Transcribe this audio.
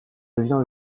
devient